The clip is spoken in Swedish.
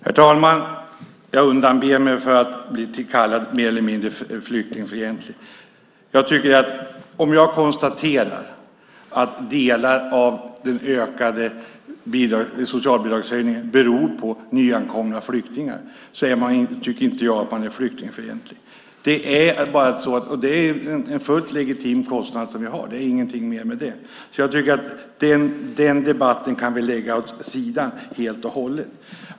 Herr talman! Jag undanber mig att mer eller mindre bli kallad flyktingfientlig. Om man konstaterar att delar av den ökade socialbidragshöjningen beror på nyankomna flyktingar tycker inte jag att man är flyktingfientlig. Det är en fullt legitim kostnad som vi har. Det är ingenting mer med det. Den debatten kan vi lägga åt sidan helt och hållet.